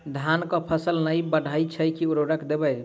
धान कऽ फसल नै बढ़य छै केँ उर्वरक देबै?